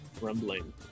rumbling